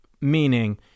Meaning